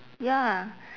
ya